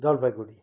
Jalpaiguri